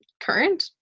current